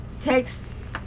takes